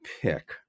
pick